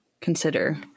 consider